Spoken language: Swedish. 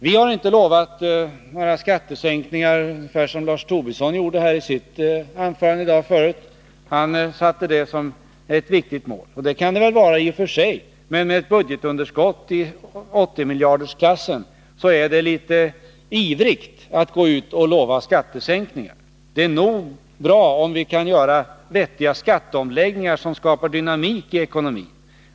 Vi har inte, som Lars Tobisson gjorde i sitt anförande tidigare i dag, lovat några skattesänkningar. Han satte upp det som ett viktigt mål. Och det kan det väl i och för sig vara. Men när man har ett budgetunderskott i 80-miljardersklassen är det litet ivrigt att lova skattesänkningar. Det är bra nog om vi kan göra vettiga skatteomläggningar som skapar dynamik i ekonomin.